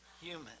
human